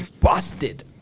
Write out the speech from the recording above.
busted